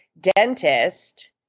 dentist